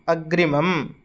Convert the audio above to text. अग्रिमम्